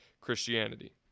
Christianity